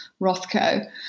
Rothko